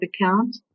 account